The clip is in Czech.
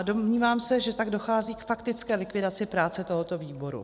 Domnívám se, že tak dochází k faktické likvidaci práce tohoto výboru.